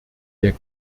der